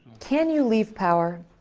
can you leave power?